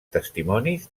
testimonis